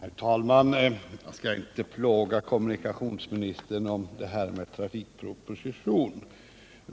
Herr talman! Jag skall inte plåga kommunikationsministern med trafikpropositionen.